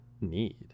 need